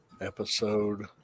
episode